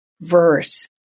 verse